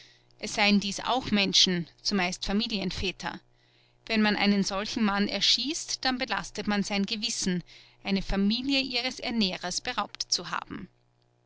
es seien dies auch menschen zumeist familienväter wenn man einen solchen mann erschießt dann belastet man sein gewissen eine familie ihres ernährers beraubt zu haben